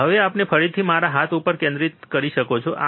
હવે આપણે ફરીથી મારા હાથ ઉપર ધ્યાન કેન્દ્રિત કરી શકીએ છીએ હા